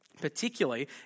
particularly